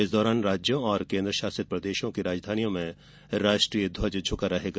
इस दौरान राज्यों और केन्द्र शासित प्रदेशों की राजधानियों में राष्ट्रीय ध्व्ज झुका रहेगा